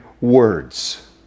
words